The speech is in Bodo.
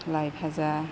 लाइ भाजा